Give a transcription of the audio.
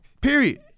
Period